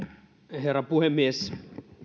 herra puhemies